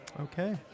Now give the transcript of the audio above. Okay